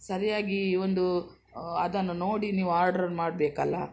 ಸರಿಯಾಗೀ ಒಂದು ಅದನ್ನು ನೋಡಿ ನೀವು ಆರ್ಡ್ರ್ ಮಾಡಬೇಕಲ್ಲ